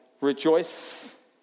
Rejoice